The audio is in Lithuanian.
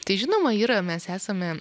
tai žinoma yra mes esame